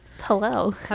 hello